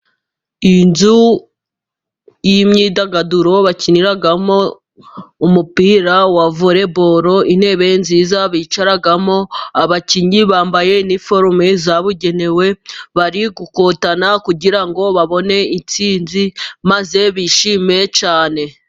Inzu y'imyidagaduro bakiniramo umupira wa volebolo, intebe nziza bicaramo abakinnyi bambaye iniforume zabugenewe, bari gukotana kugira ngo babone intsinzi maze bishime cyane.